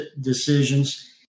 decisions